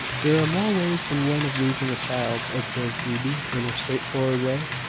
there are more ways than one of losing a child, observed phoebe, in her straightforward way.